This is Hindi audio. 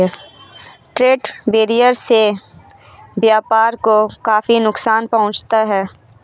ट्रेड बैरियर से व्यापार को काफी नुकसान पहुंचता है